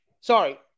sorry